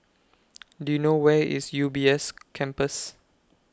Do YOU know Where IS U B S Campus